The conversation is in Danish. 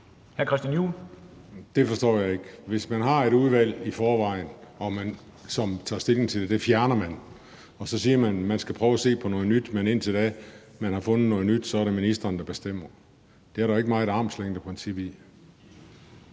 Christian Juhl (EL): Det forstår jeg ikke. Hvis man har et udvalg i forvejen, som skal tage stilling til det, og man så fjerner det og siger, at man skal prøve at se på noget nyt, men at det, indtil man har fundet noget nyt, er ministeren, der bestemmer, så er der jo ikke meget armslængdeprincip i